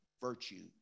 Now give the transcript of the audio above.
virtue